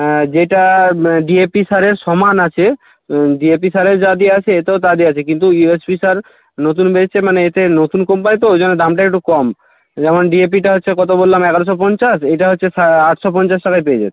হ্যাঁ যেটা ডিএপি সারের সমান আছে ডিএপি সারে যা দেওয়া আছে এতেও তা দেয়া আছে কিন্তু ইউএসপি সার নতুন বেড়িয়েছে মানে এতে নতুন কোম্পানি তো ওই জন্য দামটা একটু কম যেমন ডিএপিটা হচ্ছে কতো বললাম এগারোশো পঞ্চাশ এটা হচ্ছে আটশো পঞ্চাশ টাকায় পেয়ে যাচ্ছেন